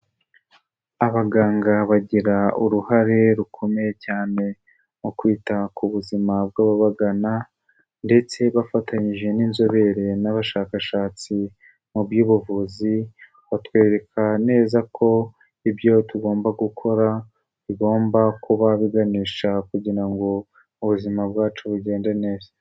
Abaganga bagira uruhare rukomeye cyane mu kwita ku buzima bw'ababagana, ndetse bafatanyije n'inzobere n'abashakashatsi mu by'ubuvuzi, batwereka neza ko ibyo tugomba gukora bigomba kuba biganisha kugira ngo ubuzima bwacu bugende neza.